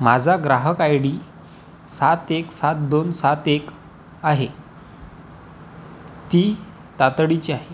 माझा ग्राहक I D सात एक सात दोन सात एक आहे ती तातडीची आहे